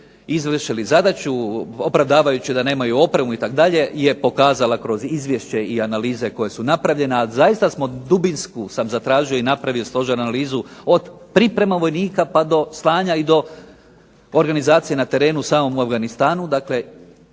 izvršili zadaću, opravdavajući da nemaju opremu itd., je pokazala kroz izvješće i analize koje su napravljene, a zaista smo dubinsku sam zatražio i složio analizu, od priprema vojnika pa do stanja i do organizacije na terenu u samom Afganistanu,